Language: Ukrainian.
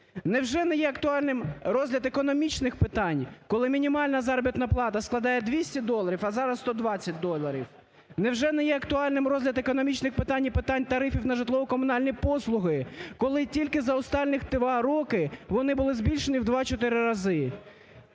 Невже не є актуальним розгляд економічних питань, коли мінімальна заробітна плата складає 200 доларів, а зараз – 120 доларів? Невже не є актуальним розгляд економічних питань і питань тарифів на житлово-комунальні послуги, коли тільки за останніх два роки вони були збільшені в 2-4 рази?